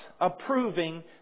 approving